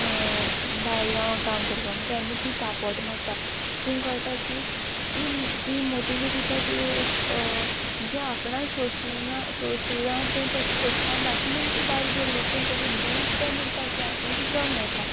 भायल गांवां काम कोरपा तेन्ना ती तापोट मात्ता तींग कोळटा की ती ती मोतिंकू चिंत्ता की जें आपणान सोंसलां तें तेक सोंसपा नाक म्हूण ती भायर गेल्ली पूण तेगे धुवूच तें म्हुणटा की आपूण तुज बाराबोर येता